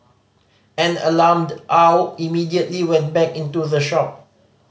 an alarmed Aw immediately went back into the shop